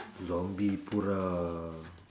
zombiepura